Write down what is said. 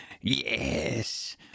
yes